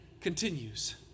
continues